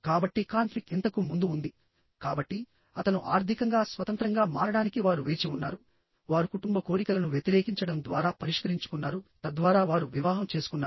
కాబట్టి కాన్ఫ్లిక్ట్ ఇంతకు ముందు ఉంది కాబట్టి అతను ఆర్థికంగా స్వతంత్రంగా మారడానికి వారు వేచి ఉన్నారు వారు కుటుంబ కోరికలను వ్యతిరేకించడం ద్వారా పరిష్కరించుకున్నారు తద్వారా వారు వివాహం చేసుకున్నారు